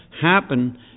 happen